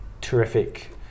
terrific